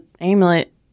amulet